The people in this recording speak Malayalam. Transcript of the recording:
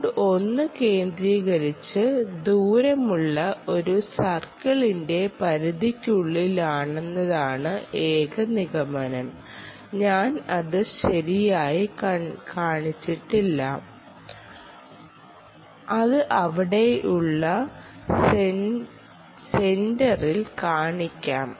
നോഡ് 1 കേന്ദ്രീകരിച്ച് ദൂരമുള്ള ഒരു സർക്കിളിന്റെ പരിധിക്കുള്ളിലാണെന്നതാണ് ഏക നിഗമനം ഞാൻ അത് ശരിയായി കാണിച്ചിട്ടില്ല അത് അവിടെയുള്ള സെൻറ്ററിൽ കാണിക്കണം